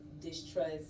distrust